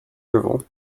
drivel